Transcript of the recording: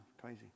Crazy